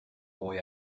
boy